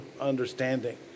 understanding